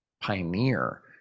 pioneer